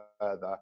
further